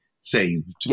saved